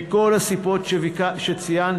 מכל הסיבות שציינתי,